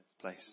place